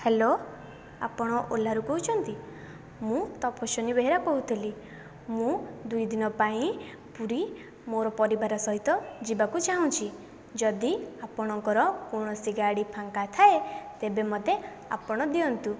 hello ଆପଣ ଓଲାରୁ କହୁଛନ୍ତି ମୁଁ ତପସ୍ଵିନୀ ବେହେରା କହୁଥିଲି ମୁଁ ଦୁଇଦିନ ପାଇଁ ପୁରୀ ମୋ'ର ପରିବାର ସହିତ ଯିବାକୁ ଚାହୁଁଛି ଯଦି ଆପଣଙ୍କର କୌଣସି ଗାଡ଼ି ଫାଙ୍କା ଥାଏ ତେବେ ମୋତେ ଆପଣ ଦିଅନ୍ତୁ